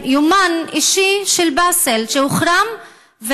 יומן אישי של באסל שהוחרם,